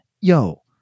Yo